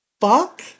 fuck